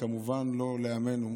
וכמובן לא לעמנו,